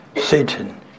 Satan